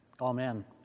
amen